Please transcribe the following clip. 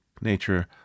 nature